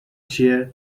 چیه